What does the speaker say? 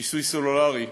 כיסוי סלולרי,